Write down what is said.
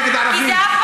אתה יודע למה?